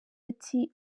ati